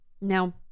Now